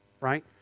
right